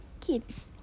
kids